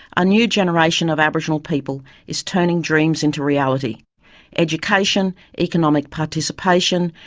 a new generation of aboriginal people is turning dreams into reality education, economic participation,